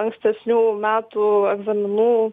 ankstesnių metų egzaminų